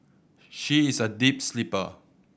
she is a deep sleeper